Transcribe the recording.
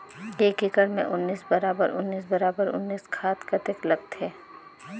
एक एकड़ मे उन्नीस बराबर उन्नीस बराबर उन्नीस खाद कतेक लगथे?